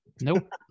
Nope